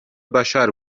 بشر